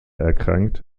erkrankt